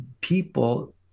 people